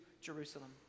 Jerusalem